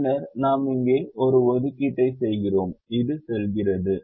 பின்னர் நாம் இங்கே ஒரு ஒதுக்கீட்டை செய்கிறோம் இது செல்கிறது